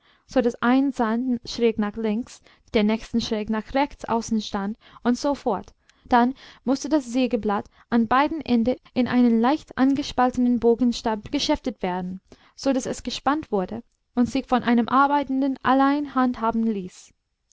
so daß ein zahn schräg nach links der nächste schräg nach rechts außen stand und so fort dann mußte das sägeblatt an beiden enden in einen leicht angespaltenen bogenstab geschäftet werden so daß es gespannt wurde und sich von einem arbeitenden allein handhaben ließ